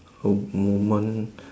a moment